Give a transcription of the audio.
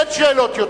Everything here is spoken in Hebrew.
אין שאלות יותר.